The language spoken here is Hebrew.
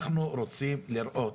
אנחנו רוצים לראות.